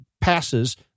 passes